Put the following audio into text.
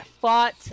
fought